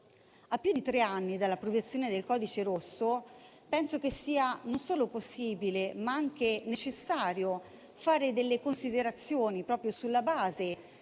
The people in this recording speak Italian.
A più di tre anni dall'approvazione del codice rosso, penso sia non solo possibile ma anche necessario fare delle considerazioni sulla base